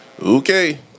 Okay